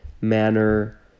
manner